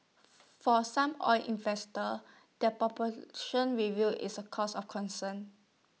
for some oil investors that review is A cause of concern